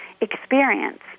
experience